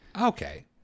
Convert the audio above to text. Okay